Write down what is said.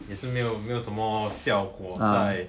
也是没有没有什么效果在